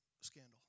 scandal